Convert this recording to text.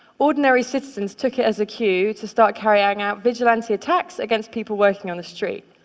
ordinary citizens took it as a cue to start carrying out vigilante attacks against people working on the street.